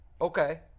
Okay